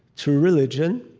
to religion.